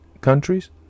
countries